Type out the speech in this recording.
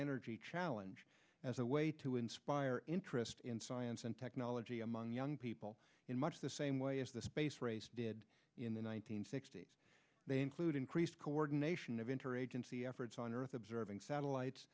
energy challenge as a way to inspire interest in science and technology among young people in much the same way as the space race did in the one nine hundred sixty s they include increased coordination of interagency efforts on earth observing satellites